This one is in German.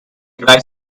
gleich